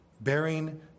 bearing